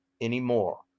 anymore